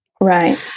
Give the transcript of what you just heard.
right